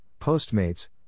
Postmates